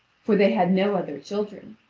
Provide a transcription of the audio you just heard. for they had no other children.